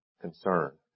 concern